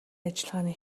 ажиллагааны